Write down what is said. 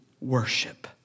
worship